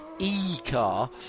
e-car